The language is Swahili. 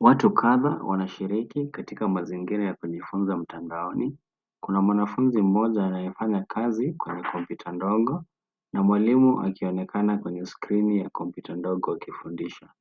Watu kadha wanashiriki katika mazingira ya kujifunza mtandaoni kuna mwanafunzi mmoja anayefanya kazi kwenye kompyuta ndogo na mwalimu akionekana kwenye skrini ya Komputa ndogo akifundisha.